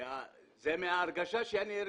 זה מההרגשה שאני הרגשתי,